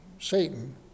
Satan